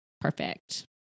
perfect